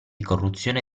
corruzione